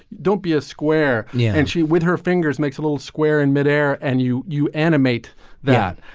don't be a square yeah. and she with her fingers makes a little square in midair. and you you animate that,